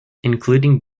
including